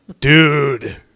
dude